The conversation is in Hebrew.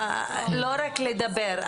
לא רק לדבר.